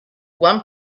one